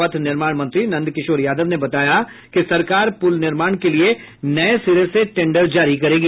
पथ निर्माण मंत्री नंदकिशोर यादव ने बताया कि सरकार पुल निर्माण के लिए नये सिरे से टेंडर जारी करेगी